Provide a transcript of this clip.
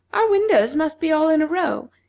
our windows must be all in a row,